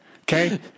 Okay